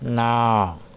نو